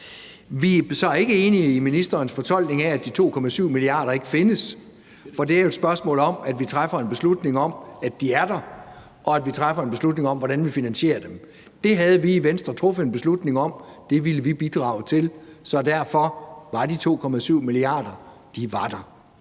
Vi er så ikke enige i ministerens fortolkning af, at de 2,7 mia. kr. ikke findes, for det er jo et spørgsmål om, at vi træffer en beslutning om, at de er der, og at vi træffer en beslutning om, hvordan vi finansierer dem. Det havde vi i Venstre truffet en beslutning om, og det ville vi bidrage til. Så derfor var de 2,7 mia. kr. der.